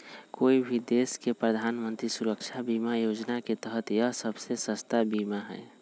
कोई भी देश के प्रधानमंत्री सुरक्षा बीमा योजना के तहत यह सबसे सस्ता बीमा हई